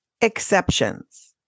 exceptions